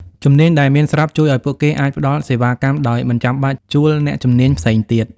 ជំនាញដែលមានស្រាប់ជួយឱ្យពួកគេអាចផ្តល់សេវាកម្មដោយមិនចាំបាច់ជួលអ្នកជំនាញផ្សេងទៀត។